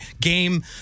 game